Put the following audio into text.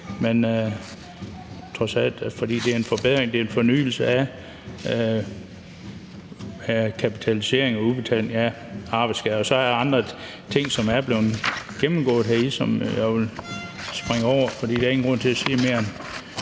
er trods alt en forbedring og en fornyelse af kapitaliseringen, altså udbetalingen af arbejdsskade. Der er andre ting i det, som er blevet gennemgået, og som jeg vil springe over, for der er ingen grund til, at det